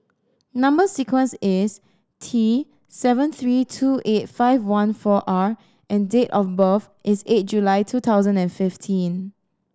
number sequence is T seven three two eight five one four R and date of birth is eight July two thousand and fifteen